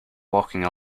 walking